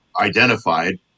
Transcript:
identified